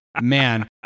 man